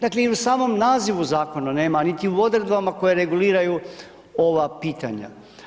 Dakle i u samom nazivu zakona nema niti u odredbama koje reguliraju ova pitanja.